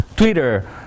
Twitter